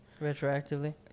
retroactively